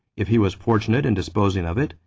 if he was fortunate in disposing of it,